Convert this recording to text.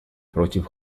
против